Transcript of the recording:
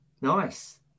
Nice